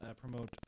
promote